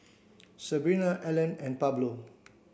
Sebrina Alan and Pablo